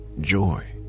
joy